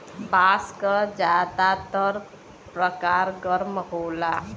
बांस क जादातर परकार गर्म होला